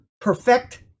perfect